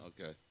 Okay